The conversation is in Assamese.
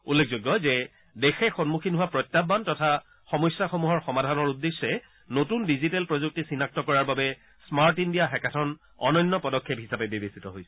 উল্লেখযোগ্য যে দেশে সন্মখীন হোৱা প্ৰত্যায়ান তথা সমস্যাসমূহৰ সমাধানৰ উদ্দেশ্যে নতুন ডিজিটেল প্ৰযুক্তি চিনাক্ত কৰাৰ বাবে স্মাৰ্ট ইণ্ডিয়া হেকাথন অনন্য পদক্ষেপ হিচাপে বিবেচিত হৈছে